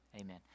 Amen